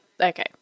okay